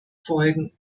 folgen